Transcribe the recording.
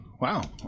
wow